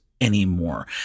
anymore